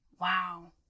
wow